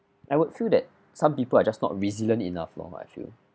I would feel that some people are just not resilient enough loh I feel